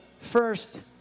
first